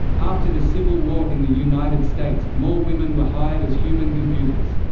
after the civil war in the united states, more women were hired as human computers.